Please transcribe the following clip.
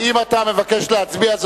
אם אתה מבקש להצביע,